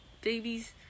babies